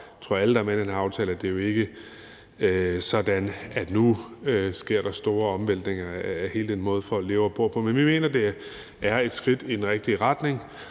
jeg at alle, der er med i den her aftale, er – at det ikke er sådan, at nu sker der store omvæltninger af hele den måde, folk lever og bor på. Men vi mener, det er et skridt i den rigtige retning.